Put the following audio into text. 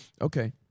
Okay